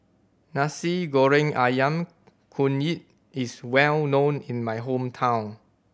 Masi Goreng Ayam Kunyit is well known in my hometown